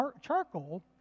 charcoal